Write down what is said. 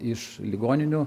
iš ligoninių